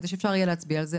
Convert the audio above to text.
כדי שאפשר יהיה להצביע על זה.